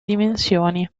dimensioni